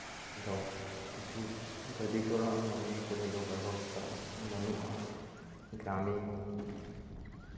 ᱟᱫᱚ ᱠᱤᱪᱷᱩ ᱜᱟᱹᱰᱤ ᱠᱚᱨᱮᱱᱟᱜ ᱱᱚᱜᱼᱚ ᱱᱤᱭᱮ ᱠᱚᱨᱮ ᱫᱚ ᱵᱮᱵᱚᱥᱛᱷᱟ ᱵᱟᱹᱱᱩᱜᱼᱟ ᱜᱨᱟᱢᱤᱱ